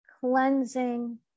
cleansing